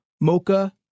mocha